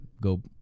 go